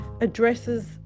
addresses